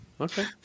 okay